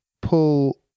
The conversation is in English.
pull